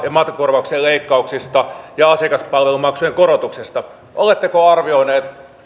ja matkakorvauksien leikkauksista ja asiakaspalvelumaksujen korotuksesta oletteko arvioineet